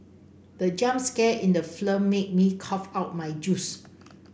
the jump scare in the made me cough out my juice